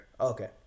Okay